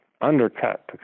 undercut